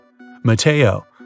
Mateo